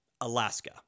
Alaska